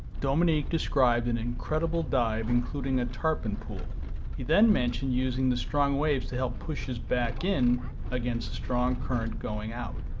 dominique described an incredible dive including a tarpon pool he then mentioned using the strong waves to help push us back in against strong current going out.